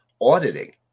auditing